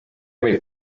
võib